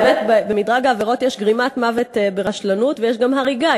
באמת במדרג העבירות יש גרימת מוות ברשלנות ויש גם הריגה.